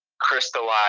crystallize